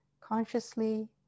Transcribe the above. consciously